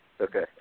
Okay